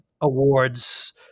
awards